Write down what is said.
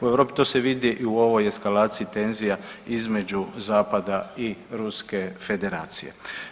U Europi to se vidi i u ovoj eskalaciji tenzija između zapada i Ruske Federacije.